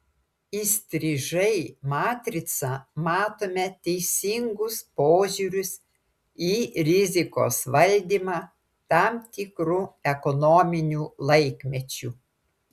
įstrižai matricą matome teisingus požiūrius į rizikos valdymą tam tikru ekonominiu laikmečiu